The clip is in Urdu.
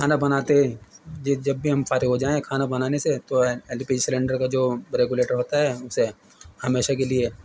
کھانا بناتے جی جب بھی ہم فارغ ہو جائیں کھانا بنانے سے تو ایل پی جی سیلینڈر کا جو ریگولیٹر ہوتا ہے اسے ہمیشہ کے لیے